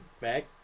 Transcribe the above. back